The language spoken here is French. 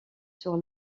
sur